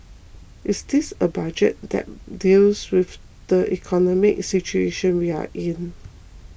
is this a Budget that deals with the economic situation we are in